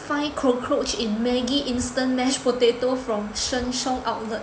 find cockroach in Maggi instant mash potato from Sheng-Siong outlet